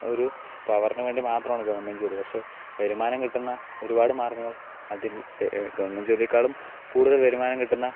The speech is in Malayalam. ഒരു പവറിന് വേണ്ടി മാത്രമാണ് ഗവൺമെന്റ് ജോലി പക്ഷേ വരുമാനം കിട്ടുന്ന ഒരുപാട് മാർഗ്ഗങ്ങൾ അതിൽ ഗവൺമെന്റ് ജോലിയെക്കാളും കൂടുതൽ വരുമാനം കിട്ടുന്ന